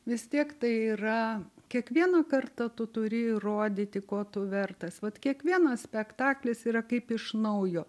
vis tiek tai yra kiekvieną kartą tu turi įrodyti ko tu vertas vat kiekvienas spektaklis yra kaip iš naujo